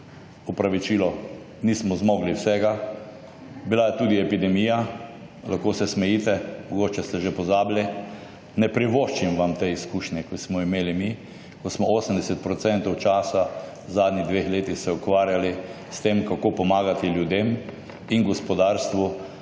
Opravičilo, nismo zmogli vsega. Bila je tudi epidemija. Lahko se smejite, mogoče ste že pozabili. Ne privoščim vam te izkušnje, kot smo jo imeli mi, ko smo 80 % časa v zadnjih dveh letih se ukvarjali s tem, kako pomagati ljudem in gospodarstvu,